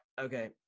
okay